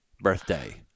birthday